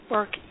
work